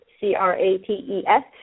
C-R-A-T-E-S